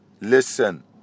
listen